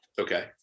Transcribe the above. okay